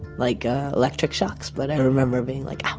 like electric shocks, but i remember being like